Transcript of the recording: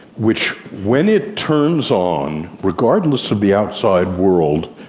which when it turns on, regardless of the outside world,